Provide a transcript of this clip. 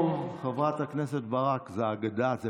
(חבר הכנסת איתמר בן גביר יוצא מאולם המליאה.) "אין רוב",